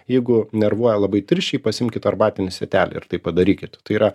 jeigu nervuoja labai tirščiai pasiimkit arbatinį sietelį ir tai padarykit tai yra